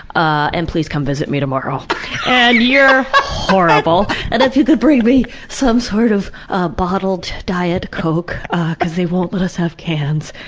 ah and please come visit me tomorrow. and you're horrible! and if you could bring me some sort of ah bottled diet coke cause they won't let us have cans.